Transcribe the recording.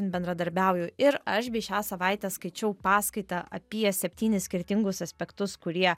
bendradarbiauju ir aš bei šią savaitę skaičiau paskaitą apie septynis skirtingus aspektus kurie